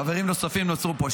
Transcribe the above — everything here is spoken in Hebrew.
חברים נוספים נוצרו פה,